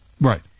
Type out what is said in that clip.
Right